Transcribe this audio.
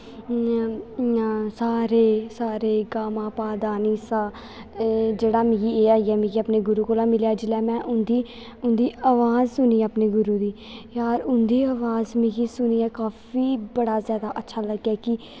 इ'यां सा रे गा मा पा दा नी सा जेह्ड़े मिगी एह् आई गै मिगी मेरे गुरु कोला दा मिलेआ जिसले में उं'दी अवाज सुनी अपनी गुरु दी जार उं'दी अवाज सुनियै मिगी काफी बड़ा जैदा अच्छा लग्गेआ कि